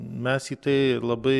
mes į tai labai